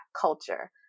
culture